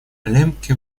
лембке